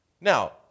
Now